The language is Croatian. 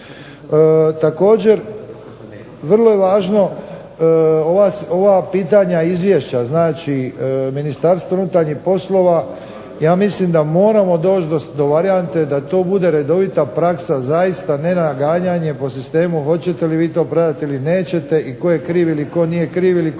Također vrlo je važno ova pitanja izvješća, znači Ministarstvo unutarnjih poslova ja mislim da moramo doći do varijante da to bude redovita praksa zaista ne naganjanje po sistemu hoćete li vi to predat ili nećete i tko je kriv ili tko nije kriv ili tko nije